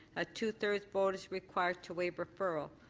a two-thirds vote is required to waive referral.